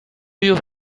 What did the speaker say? you